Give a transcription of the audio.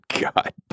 God